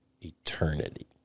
eternity